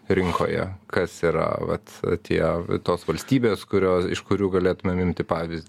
rinkoje kas yra vat tie tos valstybės kurios iš kurių galėtumėm imti pavyzdį